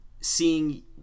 seeing